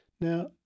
now